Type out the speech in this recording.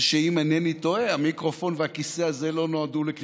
זה שאם אינני טועה המיקרופון והכיסא הזה לא נועדו לקריאות ביניים.